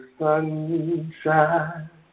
sunshine